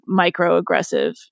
microaggressive